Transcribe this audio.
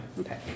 Okay